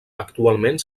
actualment